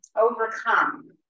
overcome